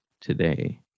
today